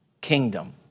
kingdom